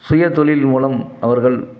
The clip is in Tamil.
சுயதொழில் மூலம் அவர்கள்